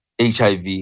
HIV